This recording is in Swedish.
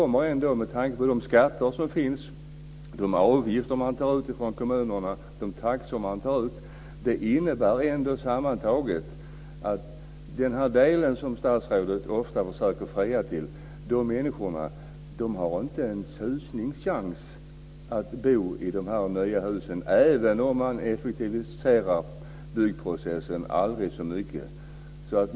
Med tanke på skatterna, de avgifter som kommunerna tar ut och de taxor som tas ut innebär det sammantaget att dessa människor, som statsrådet ofta försöker fria till, inte har en chans att bo i de nya husen, även om man effektiviserar byggprocessen aldrig så mycket.